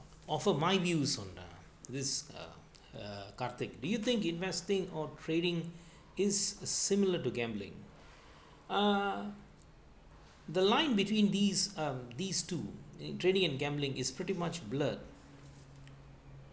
offer my views on uh this uh err do you think investing or trading is similar to gambling uh the line between these um these two trading and gambling is pretty much blurred